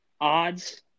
odds